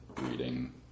reading